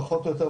פחות או יותר,